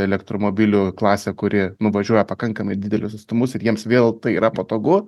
elektromobilių klasę kuri nuvažiuoja pakankamai didelius atstumus ir jiems vėl tai yra patogu